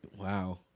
Wow